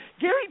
Gary